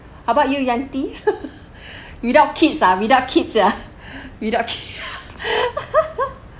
how about you Yanti without kids ah without kids sia without kids